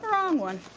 wrong one.